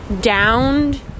downed